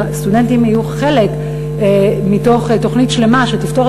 אלא סטודנטים יהיו חלק מתוכנית שלמה שתפתור